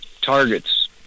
targets